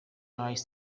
hays